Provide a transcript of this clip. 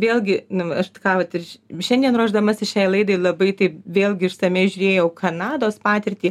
vėlgi nu aš tai ką vat ir šiandien ruošdamasi šiai laidai labai taip vėlgi išsamiai žiūrėjau kanados patirtį